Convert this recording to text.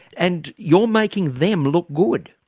and you're making them look good.